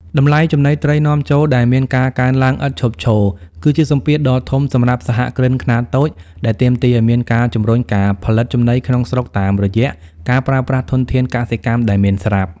តម្លៃចំណីត្រីនាំចូលដែលមានការកើនឡើងឥតឈប់ឈរ គឺជាសម្ពាធដ៏ធំសម្រាប់សហគ្រិនខ្នាតតូច ដែលទាមទារឱ្យមានការជំរុញការផលិតចំណីក្នុងស្រុកតាមរយៈការប្រើប្រាស់ធនធានកសិកម្មដែលមានស្រាប់។